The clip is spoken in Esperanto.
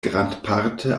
grandparte